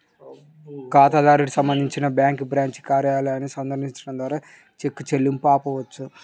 ఖాతాదారుడు సంబంధించి bank branch కార్యాలయాన్ని సందర్శించడం ద్వారా చెక్ చెల్లింపును ఆపవచ్చు